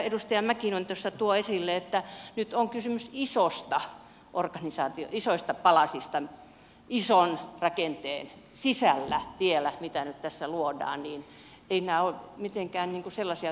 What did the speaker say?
edustaja mäkinen toi esille että nyt on kysymys isosta organisaatiosta isoista palasista ison rakenteen sisällä vielä mitä nyt tässä luodaaniin enää ole mitenkään niinku luodaan